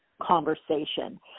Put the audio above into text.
conversation